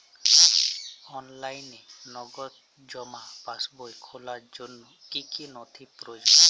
অনলাইনে নগদ জমা পাসবই খোলার জন্য কী কী নথি প্রয়োজন?